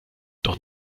doch